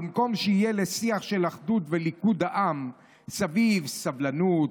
במקום שיהיה לשיח של אחדות וליכוד העם סביב לסבלנות,